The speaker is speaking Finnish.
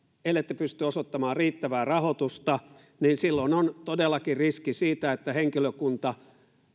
ellette pysty osoittamaan riittävää rahoitusta niin silloin on todellakin riski että henkilökunta